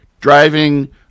Driving